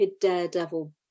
daredevil